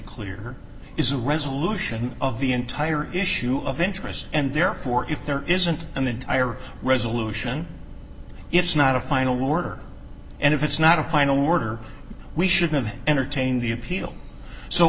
clear is a resolution of the entire issue of interest and therefore if there isn't an entire resolution it's not a final word and if it's not a final order we shouldn't entertain the appeal so